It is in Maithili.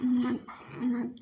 म